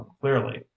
clearly